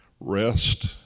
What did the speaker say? Rest